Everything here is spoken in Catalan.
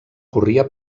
corria